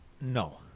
No